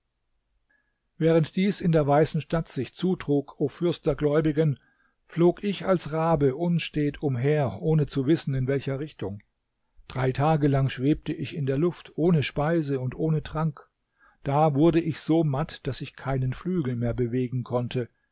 während dies in der weißen stadt sich zutrug o fürst der gläubigen flog ich als rabe unstet umher ohne zu wissen in welcher richtung drei tage lang schwebte ich in der luft ohne speise und ohne trank da wurde ich so matt daß ich keinen flügel mehr bewegen konnte